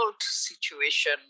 situation